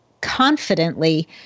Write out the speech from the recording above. confidently